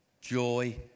joy